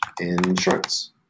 insurance